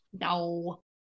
no